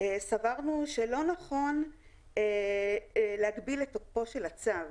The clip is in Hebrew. סברנו שלא נכון להגביל את תוקפו של הצו.